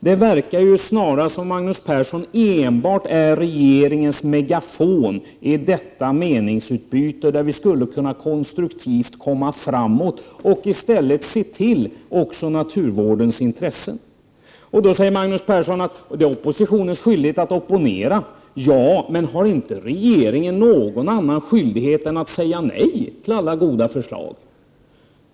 Det verkar snarare som att Magnus Persson enbart är regeringens megafon i detta meningsutbyte, där vi faktiskt kunde var konstruktiva och komma framåt och också se till naturvårdens intressen. Då säger Magnus Persson att det är oppositionens skyldighet att opponera. Ja, men har inte regeringen någon annan skyldighet än att säga nej till alla goda förslag?